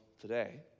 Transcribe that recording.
today